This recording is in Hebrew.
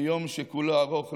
ליום שכולו ארוך,